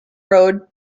road